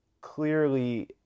clearly